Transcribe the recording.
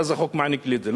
ואז החוק מעניק לי את זה.